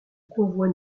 convoi